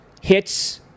hits